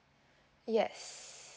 yes